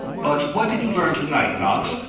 but what did you learn to-night, knox?